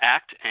Act